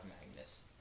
Magnus